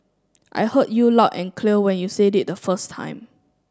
I heard you loud and clear when you said it the first time